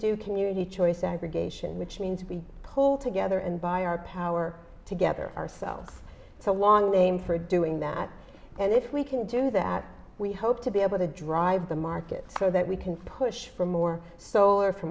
do community choice aggregation which means we pull together and buy our power together ourselves so long name for doing that and if we can do that we hope to be able to drive the market so that we can push for more solar for